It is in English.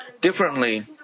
differently